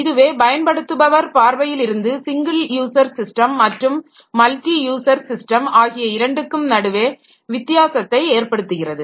இதுவே பயன்படுத்துபவர் பார்வையில் இருந்து சிங்கிள் யூசர் ஸிஸ்டம் மற்றும் மல்டி யூசர் ஸிஸ்டம் ஆகிய இரண்டுக்கும் நடுவே வித்தியாசத்தை ஏற்படுத்துகிறது